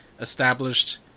established